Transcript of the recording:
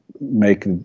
make